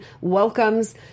welcomes